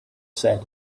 said